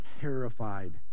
terrified